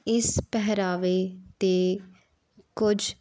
ਇਸ ਪਹਿਰਾਵੇ 'ਤੇ ਕੁਝ